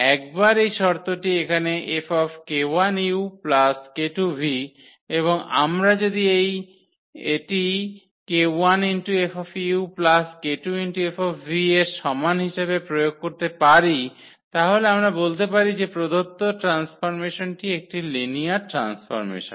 একবার এই শর্তটি এখানে 𝐹 𝑘1u 𝑘2v এবং আমরা যদি এটি 𝑘1𝐹 𝑘2𝐹এর সমান হিসাবে প্রয়োগ করতে পারি তাহলে আমরা বলতে পারি যে প্রদত্ত ট্রান্সফর্মেশনটি একটি লিনিয়ার ট্রান্সফর্মেশন